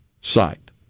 site